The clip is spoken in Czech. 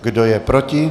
Kdo je proti?